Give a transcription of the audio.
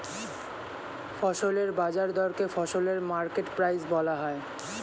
ফসলের বাজার দরকে ফসলের মার্কেট প্রাইস বলা হয়